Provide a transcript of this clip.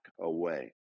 away